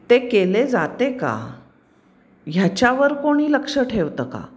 ते केले जाते का ह्याच्यावर कोणी लक्ष ठेवतं का